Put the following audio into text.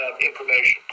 information